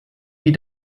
wie